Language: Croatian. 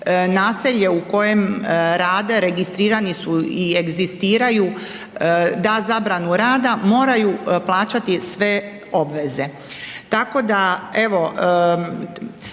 naselje u kojem rade registrirani su i egzistiraju da zabranu rada moraju plaćati sve obveze.